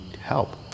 help